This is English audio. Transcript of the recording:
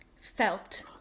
felt